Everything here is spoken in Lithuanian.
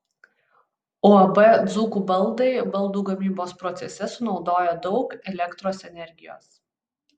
uab dzūkų baldai baldų gamybos procese sunaudoja daug elektros energijos